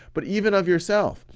but even of yourself.